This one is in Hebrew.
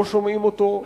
לא שומעים אותו,